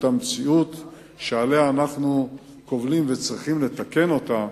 המציאות שעליה אנו קובלים וצריכים לתקן אותה,